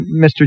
Mr